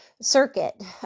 circuit